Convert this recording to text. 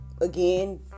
Again